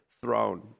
throne